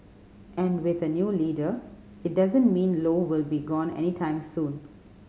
and with a new leader it doesn't mean Low will be gone anytime soon